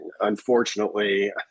unfortunately